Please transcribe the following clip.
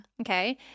Okay